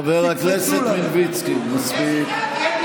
חבר הכנסת מלביצקי, מספיק.